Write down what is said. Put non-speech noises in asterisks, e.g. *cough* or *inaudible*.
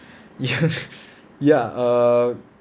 ya *laughs* ya err